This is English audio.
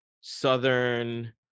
Southern